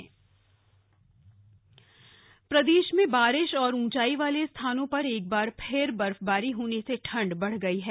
मौसम प्रदेश में बारिश और ऊंचाई वाले स्थानों पर एक बार फिर बर्फबारी होने से ठंड बढ़ गई है